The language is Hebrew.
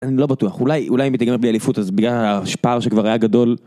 אני לא בטוח, אולי אם היא תגמר בלי אליפות אז בגלל הפער שכבר היה גדול.